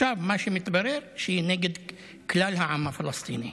עכשיו מה שמתברר זה שהיא נגד כלל העם הפלסטיני.